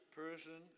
person